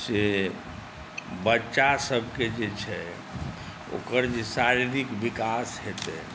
से बच्चासबके जे छै ओकर जे शारीरिक विकास हेतै